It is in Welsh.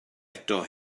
eto